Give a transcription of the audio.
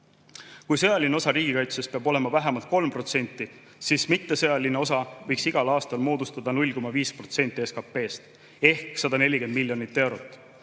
Kui sõjaline osa riigikaitsest peab olema vähemalt tasemel 3% SKT‑st, siis mittesõjaline osa võiks igal aastal moodustada 0,5% SKT‑st ehk 140 miljonit eurot.